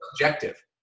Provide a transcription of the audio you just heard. objective